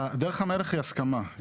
דרך המלך היא הסכמה,